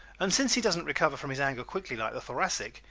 and since he does not recover from his anger quickly like the thoracic,